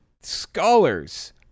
scholars